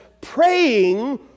praying